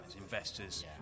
investors